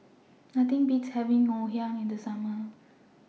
Nothing Beats having Ngoh Hiang in The Summer